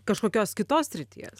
kažkokios kitos srities